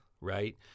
right